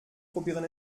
probieren